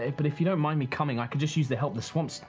and but if you don't mind me coming, i could use use the help. the swamp,